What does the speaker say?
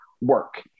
work